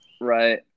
Right